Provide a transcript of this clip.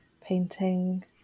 painting